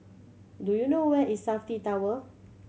do you know where is Safti Tower